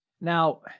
Now